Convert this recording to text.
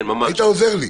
היית עוזר לי.